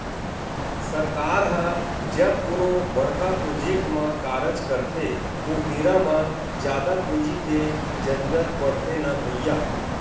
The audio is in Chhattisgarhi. सरकार ह जब कोनो बड़का प्रोजेक्ट म कारज करथे ओ बेरा म जादा पूंजी के जरुरत पड़थे न भैइया